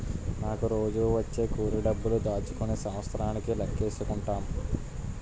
నాకు రోజూ వచ్చే కూలి డబ్బులు దాచుకుని సంవత్సరానికి లెక్కేసుకుంటాం